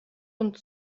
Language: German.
und